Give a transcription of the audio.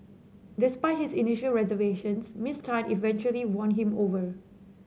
despite his initial reservations Miss Tan eventually won him over